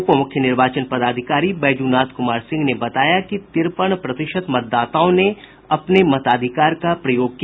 उप मुख्य निर्वाचन पदाधिकारी बैजूनाथ कुमार सिंह ने बताया कि तिरपन प्रतिशत मतदाताओं ने अपने मताधिकार का प्रयोग किया